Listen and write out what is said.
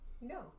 no